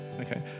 okay